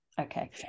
okay